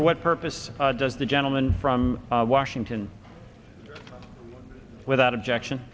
for what purpose does the gentleman from washington without objection